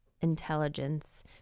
intelligence